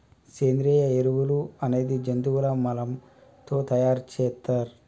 సేంద్రియ ఎరువులు అనేది జంతువుల మలం తో తయార్ సేత్తర్